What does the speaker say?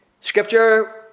scripture